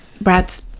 Brad's